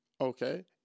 Okay